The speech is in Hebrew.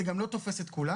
זה גם לא תופס את כולם.